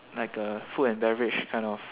like a food and beverage kind of